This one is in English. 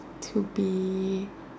to be